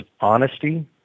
honesty